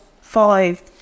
five